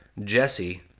Jesse